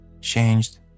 changed